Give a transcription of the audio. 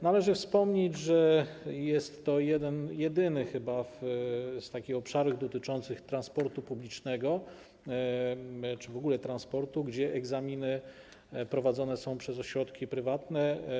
Należy wspomnieć, że jest to chyba jedyny obszar z takich obszarów dotyczących transportu publicznego czy w ogóle transportu, gdzie egzaminy prowadzone są przez ośrodki prywatne.